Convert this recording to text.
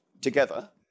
together